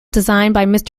designed